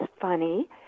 funny